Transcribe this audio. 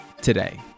today